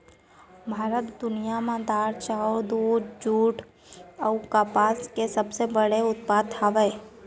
भारत दुनिया मा दार, चाउर, दूध, जुट अऊ कपास के सबसे बड़े उत्पादक हवे